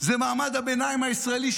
זה מעמד הביניים הישראלי,